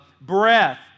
breath